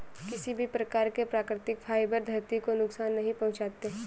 किसी भी प्रकार के प्राकृतिक फ़ाइबर धरती को नुकसान नहीं पहुंचाते